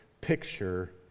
picture